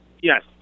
Yes